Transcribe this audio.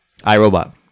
iRobot